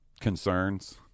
concerns